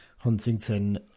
Huntington